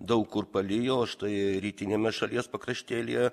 daug kur palijo o štai rytiniame šalies pakraštyje lyja